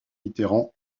mitterrand